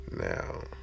now